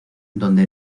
donde